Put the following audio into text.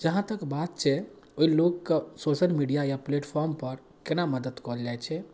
जहाँ तक बात छै ओहि लोकके सोशल मीडिआ या प्लेटफार्मपर कोना मदति कएल जाइ छै